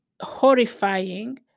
horrifying